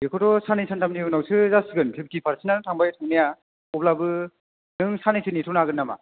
बेखौथ' साननै सानथामनि उनावसो जासिगोन फिफ्टि फारसेन्टनानो थांबाय थांनाया अब्लाबो नों साननैसो नेथ'नो हागोन नामा